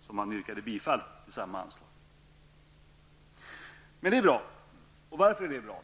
som vi yrkade bifall tillsammans. Det är bra, men varför är det bra?